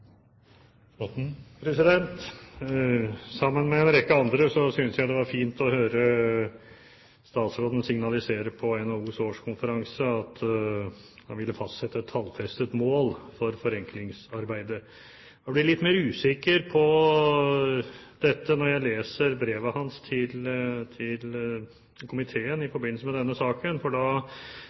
gjør. Sammen med en rekke andre synes jeg det var fint å høre statsråden signalisere på NHOs årskonferanse at han ville fastsette et tallfestet mål for forenklingsarbeidet. Jeg blir litt mer usikker på dette når jeg leser brevet hans til komiteen i forbindelse med denne saken, for da